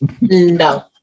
No